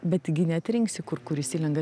betgi neatrinksi kur kuris įlenga